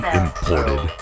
imported